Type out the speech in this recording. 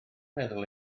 meddwl